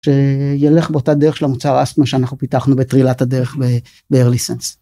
שילך באותה דרך של המוצר אסתמה שאנחנו פיתחנו בתחילת הדרך בארליסנס.